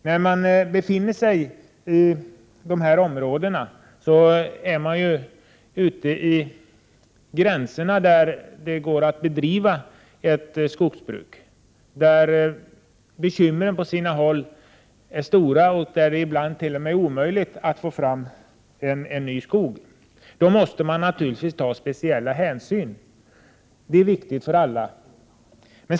När man befinner sig i dessa områden är man vid gränsen för det område där det går att bedriva ett skogsbruk. Bekymren är på sina håll stora, och det är ibland t.o.m. omöjligt att få fram ny skog. Då måste man naturligtvis ta speciella hänsyn. Det är viktigt för alla.